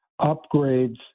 upgrades